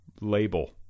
Label